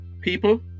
People